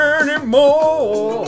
anymore